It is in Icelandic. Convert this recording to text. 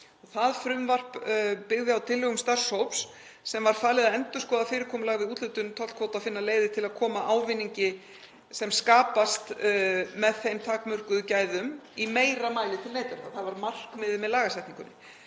Það frumvarp byggði á tillögum starfshóps sem var falið að endurskoða fyrirkomulag við úthlutun tollkvóta og finna leiðir til að koma ávinningi sem skapast með þeim takmörkuðu gæðum í meira mæli til neytenda. Það var markmiðið með lagasetningunni.